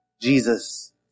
Jesus